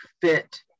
fit